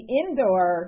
indoor